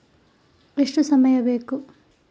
ಎಷ್ಟು ಸಮಯ ಬೇಕು?